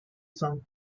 song